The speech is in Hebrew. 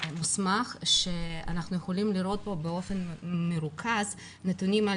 מוסמך שאנחנו יכולים לראות בו באופן מרוכז נתונים על